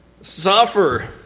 Suffer